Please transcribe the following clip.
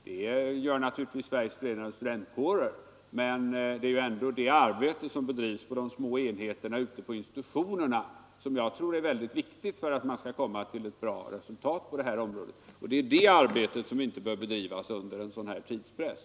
Det gör naturligtvis SFS, men det är ändå det arbete som bedrivs i de små enheterna på institutionerna som är viktigt för att man skall komma till ett bra resultat på detta område. Det är det arbetet som inte bör bedrivas under en sådan här tidspress.